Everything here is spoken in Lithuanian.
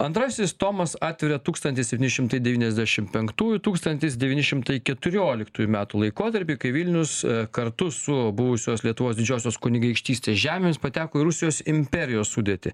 antrasis tomas atveria tūkstantis septyni šimtai devyniasdešim penktųjų tūkstantis devyni šimtai keturioliktųjų metų laikotarpį kai vilnius kartu su buvusios lietuvos didžiosios kunigaikštystės žemėmis pateko į rusijos imperijos sudėtį